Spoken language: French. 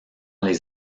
les